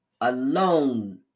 alone